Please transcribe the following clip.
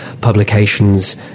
publications